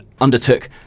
undertook